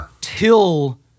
till